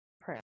pray